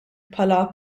bħala